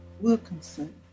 Wilkinson